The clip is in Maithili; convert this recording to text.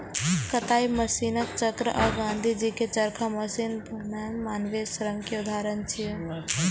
कताइ मशीनक चक्र आ गांधीजी के चरखा मशीन बनाम मानवीय श्रम के उदाहरण छियै